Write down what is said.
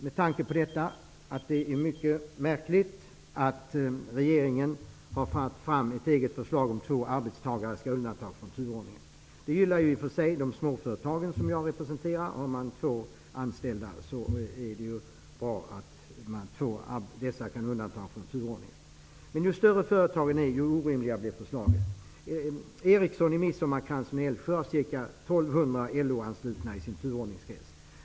Med tanke på det tycker vi att det är mycket märkligt att regeringen har fört fram ett eget förslag om att två arbetstagare skall undantas från turordningsreglerna. Det gynnar i och för sig de små företag som jag representerar. Har man få anställda, är det bra att två av dessa kan undantas från turordningen. Men ju större företagen är, desto orimligare blir förslaget. Ericsson i anslutna i sin turordningskrets.